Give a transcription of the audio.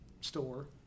store